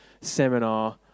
seminar